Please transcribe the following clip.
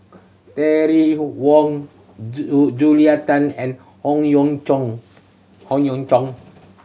Terry Wong Julia Tan and Howe Yoon Chong Howe Yoon Chong